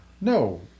No